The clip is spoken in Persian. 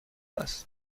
است